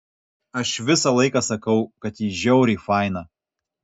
aš visą laiką sakau kad ji žiauriai faina